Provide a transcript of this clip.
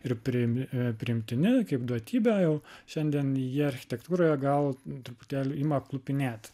ir priėmi priimtini kaip duotybė jau šiandien jie architektūroje gal truputėlį ima klupinėt